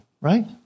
right